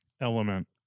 element